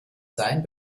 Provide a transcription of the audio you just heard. sein